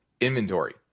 inventory